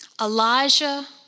Elijah